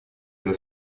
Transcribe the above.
для